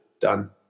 done